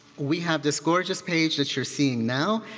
we had this gorgeous page that you're seeing now.